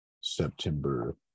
September